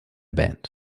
band